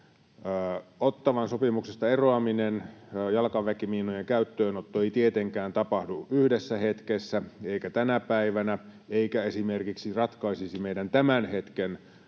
Ottawan sopimuksesta eroaminen, jalkaväkimiinojen käyttöönotto ei tietenkään tapahdu yhdessä hetkessä eikä tänä päivänä, eikä se ratkaisisi esimerkiksi meidän tämän hetken